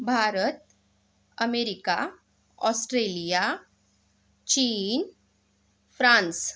Bharat America Australia चीन France